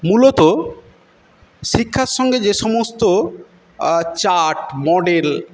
মূলত শিক্ষার সঙ্গে যে সমস্ত চার্ট মডেল